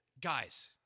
guys